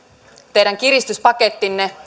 teidän kiristyspakettinne